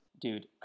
Dude